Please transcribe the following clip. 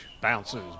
bounces